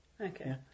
Okay